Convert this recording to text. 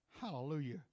Hallelujah